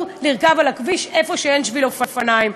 לרכוב על הכביש כשאין שביל אופניים.